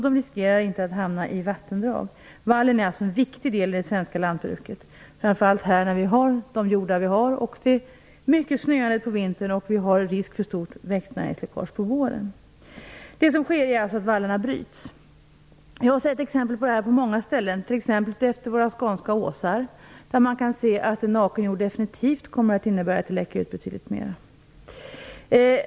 De riskerar inte att hamna i vattendrag. Vallen är alltså en viktig del i det svenska lantbruket, framför allt här i Sverige med de jordar vi har. Dessutom har vi ju mycket snö på vintern, och det finns risk för stort växtnäringsläckage på våren. Det som sker är alltså att vallarna bryts. Jag har sett exempel på detta på många ställen, t.ex. utefter våra skånska åsar där naken jord definitivt kommer att innebära att betydligt mera läcker ut.